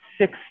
six